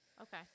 Okay